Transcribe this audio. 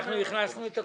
אנחנו הכנסנו את הכול.